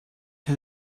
had